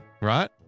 right